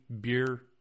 beer